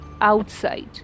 outside